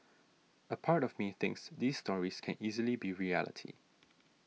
a part of me thinks these stories can easily be reality